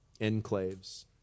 enclaves